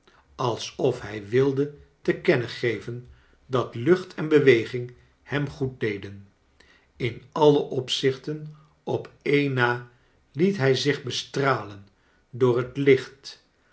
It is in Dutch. alsof hij wilde te kennen geven dat lucht en beweging hem goed deden in alle opzichten op een na liet hij zich bestralen door het licht